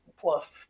plus